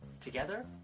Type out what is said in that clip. Together